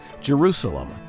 Jerusalem